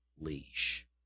leash